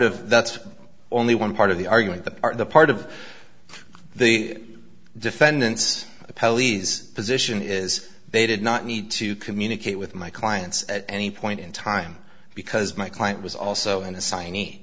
of that's only one part of the argument that the part of the defendant's pelleas position is they did not need to communicate with my clients at any point in time because my client was also in a